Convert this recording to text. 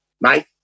mate